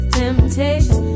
temptation